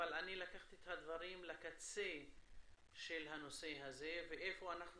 אבל לקחתי את הדברים לקצה של הנושא הזה ואיפה אנחנו